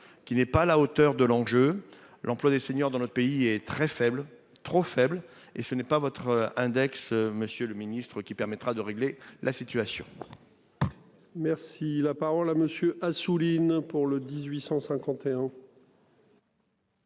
qui n'est pas à la hauteur de l'enjeu. L'emploi des seniors dans notre pays est très faible, trop faible et ce n'est pas votre index. Monsieur le Ministre, qui permettra de régler la situation. Merci la parole à monsieur Assouline pour le 1851.